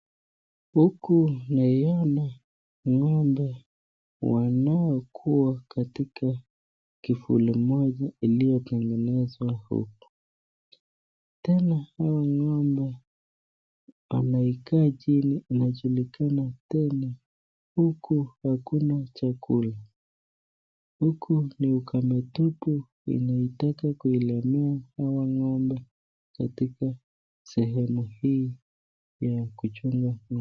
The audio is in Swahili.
Huku neyoni ng'ombe wanaokuwa katika kivuli moja iliyotengenezwa hapa. Tena hawa ng'ombe wamekaa chini, inajulikana tena huku hakuna chakula. Huku ni ukame tupu inataka kuilemea hawa ng'ombe katika sehemu hii ya kuchunga ng'ombe.